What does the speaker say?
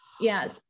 Yes